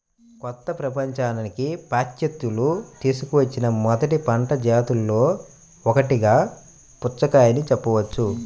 కొత్త ప్రపంచానికి పాశ్చాత్యులు తీసుకువచ్చిన మొదటి పంట జాతులలో ఒకటిగా పుచ్చకాయను చెప్పవచ్చు